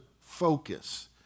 focus